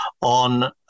on